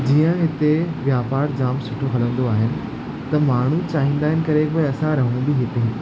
जीअं हिते वापारु जाम सुठो हलंदो आहे त माण्हू चाहींदा आहिनि करे भई असां रहूं बि हिते